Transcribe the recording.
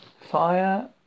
Fire